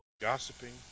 gossiping